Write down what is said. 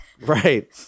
Right